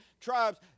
tribes